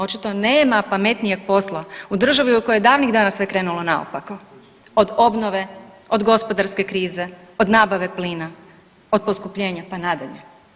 Očito nema pametnijeg posla u državi u kojoj je davnih dana sve krenulo naopako, od obnove, od gospodarske krize, od nabave plina, od poskupljenja pa nadalje.